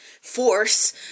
force